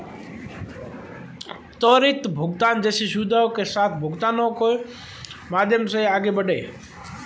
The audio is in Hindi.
त्वरित भुगतान जैसी सुविधाओं के साथ भुगतानों के माध्यम से आगे बढ़ें